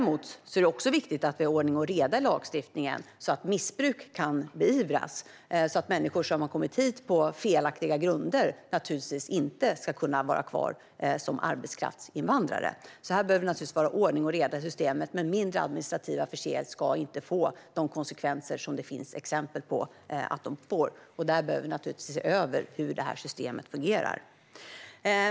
Men det är också viktigt att vi har ordning och reda i lagstiftningen, så att missbruk kan beivras. Människor som har kommit hit på felaktiga grunder ska naturligtvis inte kunna vara kvar som arbetskraftsinvandrare. Här behöver det självklart vara ordning och reda i systemet. Men mindre administrativa förseelser ska inte få de konsekvenser som det finns exempel på att de får. Där behöver vi naturligtvis se över hur systemet fungerar.